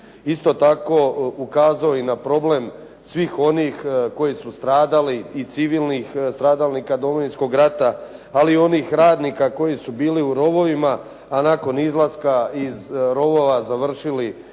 Isto tako ukazao i na problem svih onih koji su stradali i civilnih stradalnika Domovinskog rata, ali i onih radnika koji su bili u rovovima a nakon izlaska iz rovova završili